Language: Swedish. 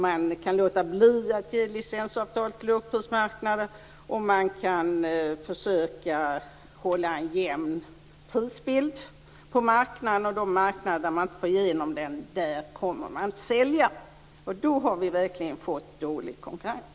Man kan låta bli att ge licensavtal till lågprismarknader. Man kan försöka att hålla en jämn prisbild på marknaden. De marknader som man inte får igenom detta med kommer man inte att sälja till. Då har vi verkligen fått dålig konkurrens.